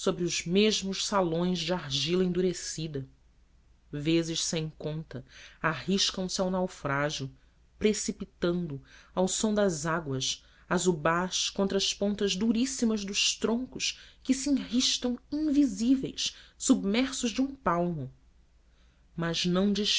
sobre os mesmos salões de argila endurecida vezes sem conta arriscam se ao naufrágio precipitando ao som das águas as ubás contra as pontas duríssimas dos troncos que se enristam invisíveis submersos de um palmo mas não